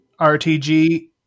RTG